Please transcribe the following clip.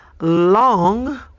long